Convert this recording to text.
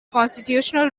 constitutional